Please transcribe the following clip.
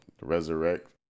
resurrect